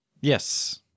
Yes